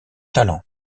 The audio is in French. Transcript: talent